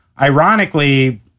ironically